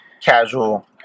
Casual